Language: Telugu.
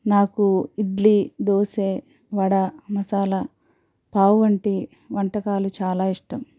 నాకు ఇడ్లీ దోసె వడ మసాలా పావు వంటి వంటకాలు చాలా ఇష్టం